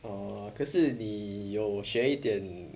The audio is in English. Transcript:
oh 可是你有学一点